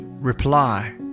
Reply